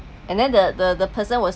and then the the person was